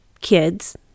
kids